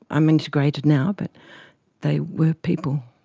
i'm integrated now but they were people.